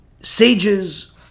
sages